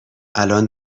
الان